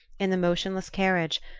in the motionless carriage,